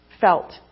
felt